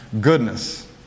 goodness